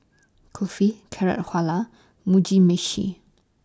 Kulfi Carrot Mugi Meshi